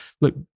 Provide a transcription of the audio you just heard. look